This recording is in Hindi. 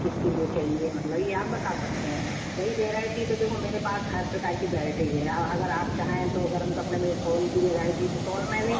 किसके लिए चाहिए मतलब ये आप बता सकते हैं रही वेराइटी तो देखो मेरे पास हर प्रकार की बेरटी है अगर आप चाहें तो गर्म कपड़े में जैसे सॉल की वेराइटी तो सॉल में भी